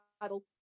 bible